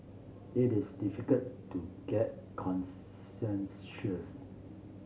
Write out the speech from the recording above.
it is difficult to get consensus